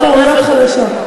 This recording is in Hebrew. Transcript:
לעשות טעויות חדשות.